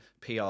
PR